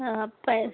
ആ അപ്പോൾ